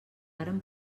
vàrem